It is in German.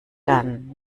dann